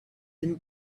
and